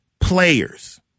players